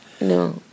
No